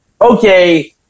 okay